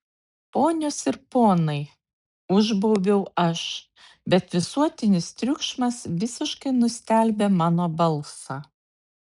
ponios ir ponai užbaubiau aš bet visuotinis triukšmas visiškai nustelbė mano balsą